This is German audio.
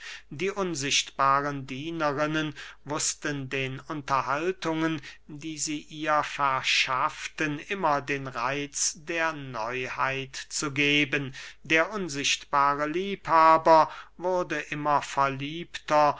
die unsichtbaren dienerinnen wußten den unterhaltungen die sie ihr verschafften immer den reitz der neuheit zu geben der unsichtbare liebhaber ward immer verliebter